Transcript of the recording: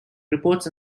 reports